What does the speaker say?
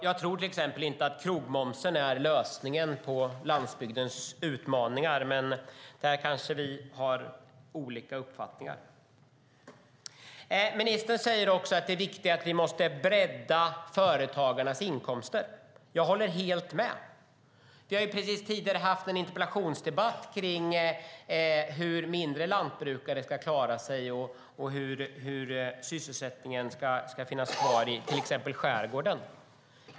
Jag tror till exempel inte att krogmomsen är lösningen på landsbygdens utmaningar, men där kanske vi har olika uppfattningar. Ministern säger att det är viktigt att bredda företagarnas inkomster. Jag håller helt med. Vi hade precis en interpellationsdebatt om hur mindre lantbrukare ska klara sig och hur sysselsättningen ska finnas kvar i till exempel skärgården.